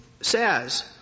says